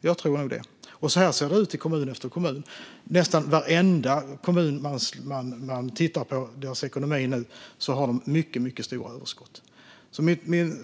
Det tror jag nog. Så ser det ut i kommun efter kommun. Om man tittar på deras ekonomi ser man att de nästan varenda en har mycket stora överskott nu.